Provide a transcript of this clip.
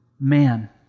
man